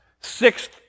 Sixth